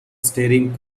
staring